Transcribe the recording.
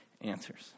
answers